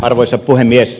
arvoisa puhemies